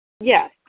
Yes